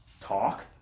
talk